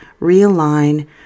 realign